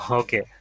okay